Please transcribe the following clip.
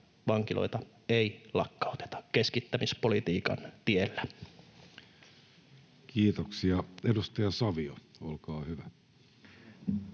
vankiloita ei lakkauteta keskittämispolitiikan tiellä. Kiitoksia. — Edustaja Savio, olkaa hyvä.